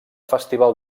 festival